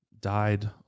died